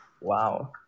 Wow